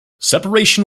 separation